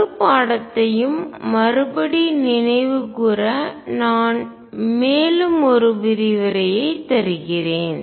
முழு பாடத்தையும் மறுபடி நினைவுகூர நான் மேலும் ஒரு விரிவுரையை தருகிறேன்